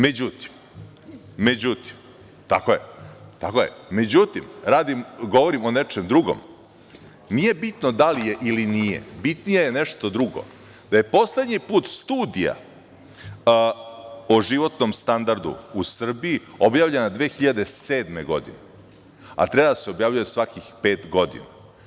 Međutim, tako je, tako je, međutim govorim o nečem drugom, nije bitno da li je ili nije, bitnije je nešto drugo, da je poslednji put Studija o životnom standardu u Srbiji objavljena 2007. godine, a treba da se objavljuje svakih pet godina.